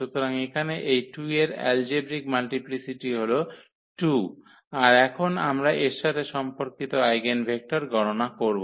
সুতরাং এখানে এই 2 এর এলজেব্রিক মাল্টিপ্লিসিটি হল 2 আর এখন আমরা এর সাথে সম্পর্কিত আইগেনভেক্টর গণনা করব